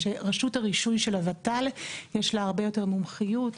ושרשות הרישוי של הוות"ל יש לה הרבה יותר מומחיות,